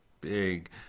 big